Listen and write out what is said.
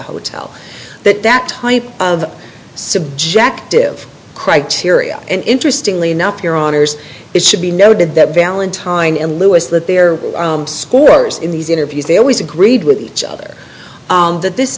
hotel that that type of subjective criteria and interestingly enough your honors it should be noted that valentine and lewis that their scores in these interviews they always agreed with each other that this